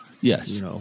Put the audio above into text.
Yes